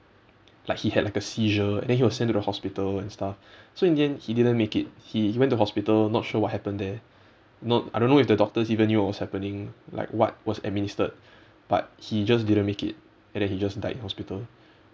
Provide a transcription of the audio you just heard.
like he had like a seizure and then he was sent to the hospital and stuff so in the end he didn't make it he he went to hospital not sure what happened there not~ I don't know if the doctors even knew what was happening like what was administered but he just didn't make it and he just died in hospital